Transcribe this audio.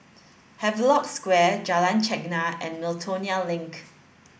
Havelock Square Jalan Chegar and Miltonia Link